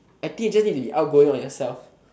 I think you just need to be outgoing or yourself